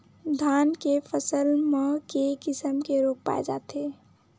धान के फसल म के किसम के रोग पाय जाथे?